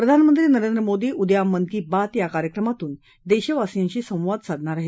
प्रधानमंत्री नरेंद्र मोदी उद्या मन की बात या कार्यकमातून देशवासियांशी संवाद साधणार आहेत